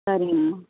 சரிங்கம்மா